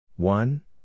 One